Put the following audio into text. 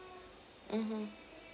mmhmm